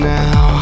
now